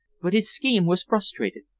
but his scheme was frustrated.